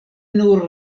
nur